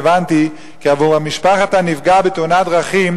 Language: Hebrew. והבנתי כי עבור משפחת הנפגע בתאונת דרכים,